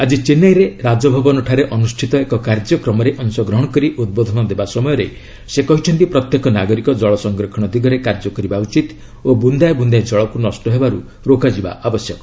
ଆଜି ଚେନ୍ନାଇରେ ରାଜଭବନଠାରେ ଅନୁଷ୍ଠିତ ଏକ କାର୍ଯ୍ୟକ୍ରମରେ ଅଶଗ୍ରହଣ କରି ଉଦ୍ବୋଧନ ଦେବା ସମୟରେ ସେ କହିଛନ୍ତି ପ୍ରତ୍ୟେକ ନାଗରିକ ଜଳ ସଂରକ୍ଷଣ ଦିଗରେ କାର୍ଯ୍ୟକରିବା ଉଚିତ୍ ଓ ବୁନ୍ଦାଏ ବୁନ୍ଦାଏ ଜଳକୁ ନଷ୍ଟ ହେବାରୁ ରୋକାଯିବା ଆବଶ୍ୟକ